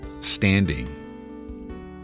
standing